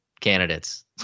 candidates